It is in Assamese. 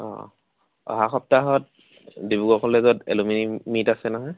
অঁ অহা সপ্তাহত ডিব্ৰুগড় কলেজত এলুমিনি মিট আছে নহয়